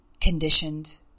conditioned